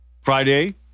Friday